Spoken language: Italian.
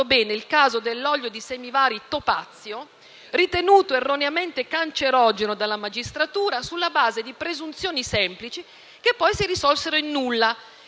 bene il caso dell'olio di semi vari Topazio, ritenuto erroneamente cancerogeno dalla magistratura sulla base di presunzioni semplici che poi si risolsero in nulla